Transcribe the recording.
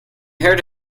heard